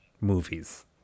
movies